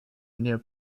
near